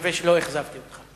מקווה שלא אכזבתי אותך.